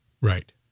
Right